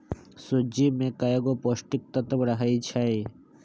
सूज्ज़ी में कएगो पौष्टिक तत्त्व रहै छइ